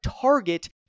target